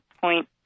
point